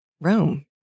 Rome